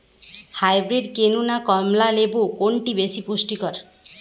Hybrid কেনু না কমলা লেবু কোনটি বেশি পুষ্টিকর?